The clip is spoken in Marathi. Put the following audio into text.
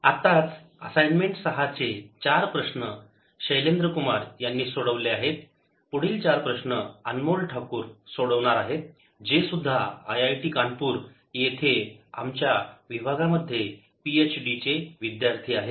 प्रॉब्लेम्स 5 8 आत्ताच असाइनमेंट 6 चे चार प्रश्न शैलेंद्र कुमार यांनी सोडवले आहेत पुढील चार प्रश्न अनमोल ठाकूर सोडणार आहेत जे सुद्धा आयआयटी कानपूर येथे आमच्या विभागामध्ये पी एच डी चे विद्यार्थी आहे